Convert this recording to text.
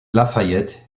lafayette